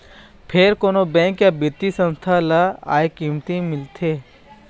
फेर कोनो भी बेंक या बित्तीय संस्था ल आय कमती मिलथे